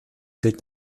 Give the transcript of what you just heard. gilt